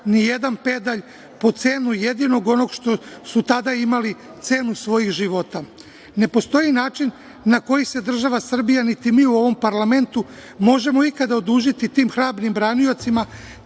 ni jedan pedalj po cenu onoga što su tada imali, cenu svojih života. Ne postoji način na koji se država Srbija, niti mi u ovom parlamentu, možemo ikada odužiti tim hrabrim braniocima,